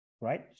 right